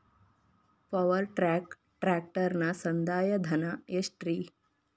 Power track ಟ್ರ್ಯಾಕ್ಟರನ ಸಂದಾಯ ಧನ ಎಷ್ಟ್ ರಿ?